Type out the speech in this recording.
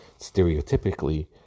stereotypically